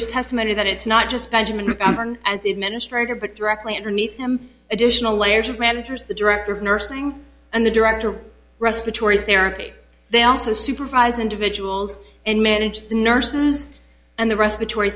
was testimony that it's not just benjamin as the administrator but directly underneath him additional layers of managers the director of nursing and the director of respiratory therapy they also supervise individuals and manage the nurses and the respiratory